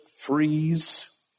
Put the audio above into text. freeze